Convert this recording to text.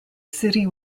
city